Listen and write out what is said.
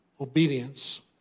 obedience